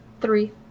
three